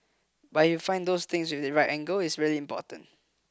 but if you find those things with the right angle it's really important